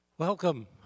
Welcome